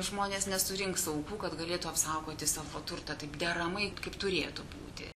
žmonės nesurinks aukų kad galėtų apsaugoti savo turtą taip deramai kaip turėtų būti